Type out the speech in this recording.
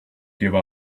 give